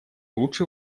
лучше